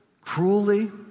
cruelly